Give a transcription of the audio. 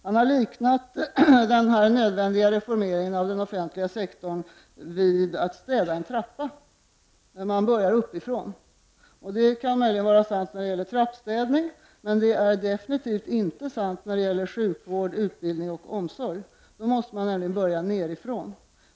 Han har liknat denna nödvändiga reformering av den offentliga sektorn vid att städa en trappa, där man börjar uppifrån. Det kan möjligen vara sant när det gäller trappstädning, men det är absolut inte sant när det gäller sjukvård, utbildning och omsorg. Då måste man nämligen börja nerifrån.